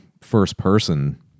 first-person